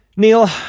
Neil